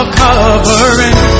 covering